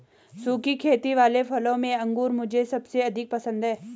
सुखी खेती वाले फलों में अंगूर मुझे सबसे अधिक पसंद है